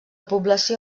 població